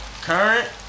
Current